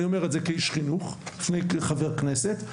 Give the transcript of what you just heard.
אני אומר את זה כאיש חינוך לפני כחבר כנסת.